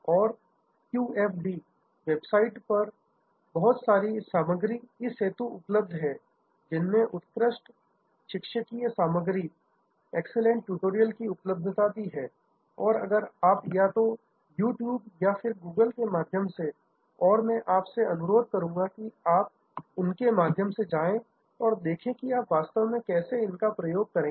और QFD website पर बहुत सारी सामग्री इस हेतु उपलब्ध है जिनमें उत्कृष्ट शिक्षकीय सामग्री एक्सीलेंट ट्यूटोरियल की उपलब्धता भी है और आप या तो यूट्यूब और या फिर गूगल के माध्यम से और मैं आप से अनुरोध करूंगा कि आप उनके माध्यम से जाएं और देखें कि आप वास्तव में कैसे इनका प्रयोग करेंगे